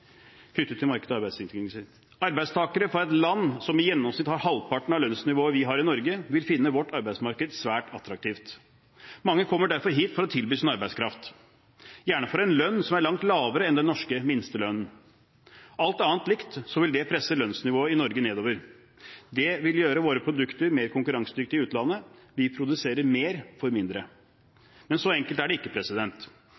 og arbeidsbetingelser. Arbeidstakere fra et land som i gjennomsnitt har halvparten av lønnsnivået vi har i Norge, vil finne vårt arbeidsmarked svært attraktivt. Mange kommer derfor hit for å tilby sin arbeidskraft, gjerne for en lønn som er langt lavere enn den norske minstelønnen. Alt annet likt vil det presse lønnsnivået i Norge nedover. Det vil gjøre våre produkter mer konkurransedyktige i utlandet, vi produserer mer for